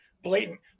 Blatant